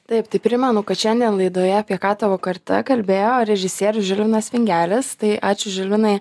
taip tai primenu kad šiandien laidoje apie ką tavo karta kalbėjo režisierius žilvinas vingelis tai ačiū žilvinai